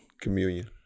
Communion